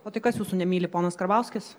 o tai kas jūsų nemyli ponas karbauskis